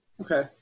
Okay